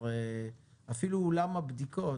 אפילו אולם הבדיקות